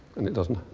it doesn't,